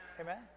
Amen